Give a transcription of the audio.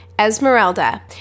Esmeralda